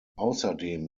außerdem